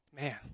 Man